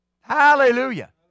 Hallelujah